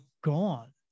gone